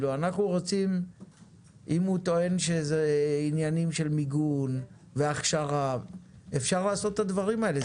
אם הוא טוען שזה עניינים של מיגון והכשרה אפשר לעשות את הדברים האלה,